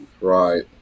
Right